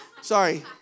sorry